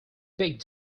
big